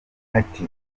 ati